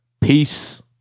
Peace